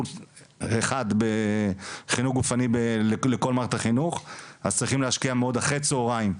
אחד של חינוך גופני לכל מערכת החינוך בבתי הספר.